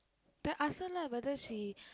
then ask her lah whether she